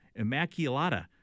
Immaculata